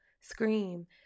scream